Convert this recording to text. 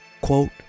Quote